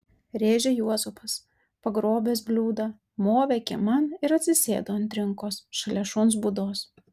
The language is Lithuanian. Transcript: rėžė juozapas pagrobęs bliūdą movė kieman ir atsisėdo ant trinkos šalia šuns būdos